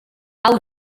hau